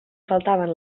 faltaven